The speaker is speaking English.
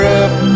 up